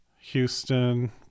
Houston